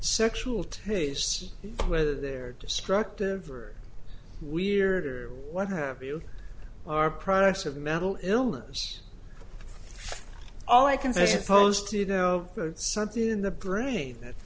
sexual taboos whether they're destructive or weird or what have you or products of mental illness all i can say opposed to you know something in the bernie that